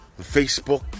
Facebook